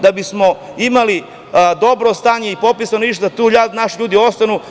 Da bismo imali dobro stanje i popis stanovništva, naši ljudi treba da ostanu.